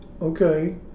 okay